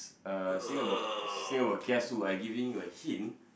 uh saying about saying about kiasu I giving you a hint